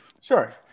Sure